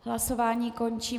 Hlasování končím.